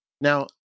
Now